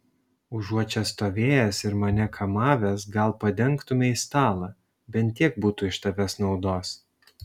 užuot čia stovėjęs ir mane kamavęs gal padengtumei stalą bent tiek būtų iš tavęs naudos